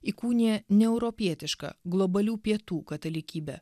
įkūnija neeuropietišką globalių pietų katalikybę